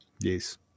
yes